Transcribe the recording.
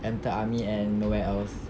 enter army and nowhere else